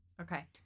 Okay